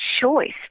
choice